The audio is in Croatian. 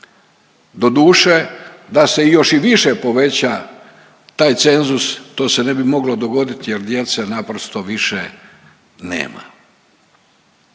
Doduše, da se i još i više poveća taj cenzus to se ne bi moglo dogoditi jer djece naprosto više nema.